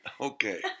Okay